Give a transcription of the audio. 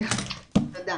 תודה.